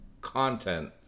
content